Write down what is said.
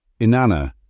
Inanna